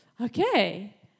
okay